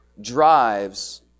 drives